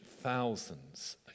thousands